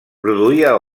produïa